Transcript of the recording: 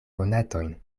monatojn